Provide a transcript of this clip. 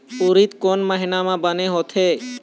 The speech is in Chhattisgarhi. उरीद कोन महीना म बने होथे?